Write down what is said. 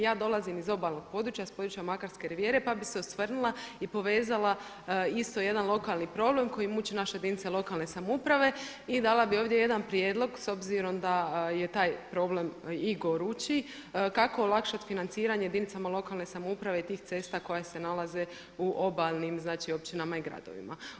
Ja dolazim iz obalnog područja iz područja Makarske rivijere pa bi se osvrnula i povezala isto jedan lokalni problem koji muči naše jedinice lokalne samouprave i dala bi ovdje jedan prijedlog s obzirom da je taj problem i gorući kako olakšati financiranje jedinicama lokalne samouprave i tih cesta koje se nalaze u obalnim općinama i gradovima.